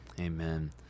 Amen